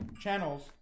channels